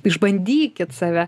išbandykit save